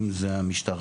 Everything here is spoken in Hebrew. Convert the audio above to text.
אם זה המשטרה,